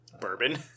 Bourbon